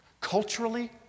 Culturally